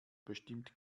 bestimmt